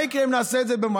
מה יקרה אם נעשה את זה במים?